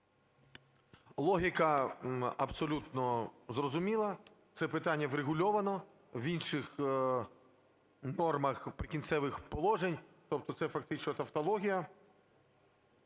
Логіка абсолютно зрозуміла, це питання врегульовано в інших нормах "Прикінцевих положень", тобто це фактично тавтологія.